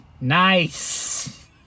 Nice